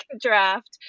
draft